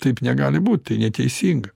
taip negali būt tai neteisinga